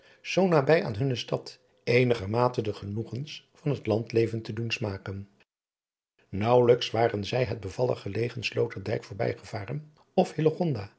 zoo nabij aan hunne stad eenigermate de genoegens van het landleven te doen smaken naauwelijks waren zij het bevallig gelegen sloterdijk voorbijgevaren of